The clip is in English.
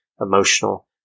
emotional